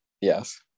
Yes